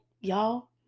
y'all